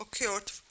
occurred